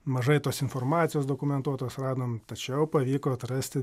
mažai tos informacijos dokumentuotos radom tačiau pavyko atrasti